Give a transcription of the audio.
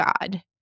God